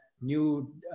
new